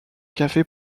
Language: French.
café